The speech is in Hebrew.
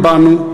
הבטתם בנו,